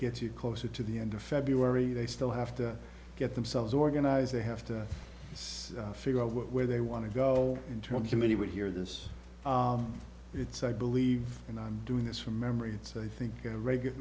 gets you closer to the end of february they still have to get themselves organized they have to figure out where they want to go into a committee would hear this it's i believe and i'm doing this from memory it's i think a regular